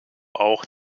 auch